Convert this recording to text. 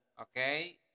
Okay